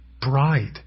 bride